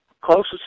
closest